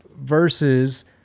versus